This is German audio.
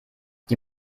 die